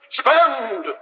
spend